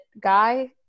guy